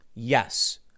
Yes